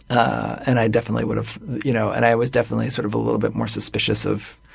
and i definitely would have you know and i was definitely sort of a little bit more suspicious of